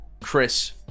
Chris